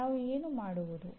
ನಾವು ಏನು ಮಾಡುವುದು